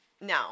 No